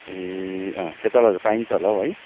ए अँ खेतालाहरू पाइन्छ होला हो है